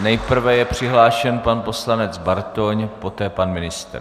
Nejprve je přihlášen pan poslanec Bartoň, poté pan ministr.